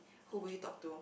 who will you talk to